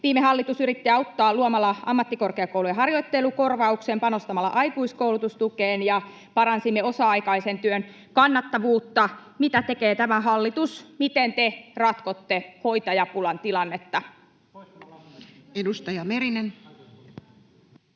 Viime hallitus yritti auttaa luomalla ammattikorkeakoulujen harjoittelukorvauksen, panostamalla aikuiskoulutustukeen, ja paransimme osa-aikaisen työn kannattavuutta. Mitä tekee tämä hallitus? Miten te ratkotte hoitajapulan tilannetta? [Matias Mäkynen: